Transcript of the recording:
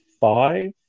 five